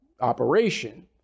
operation